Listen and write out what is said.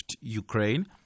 Ukraine